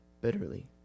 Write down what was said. bitterly